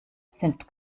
sind